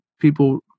people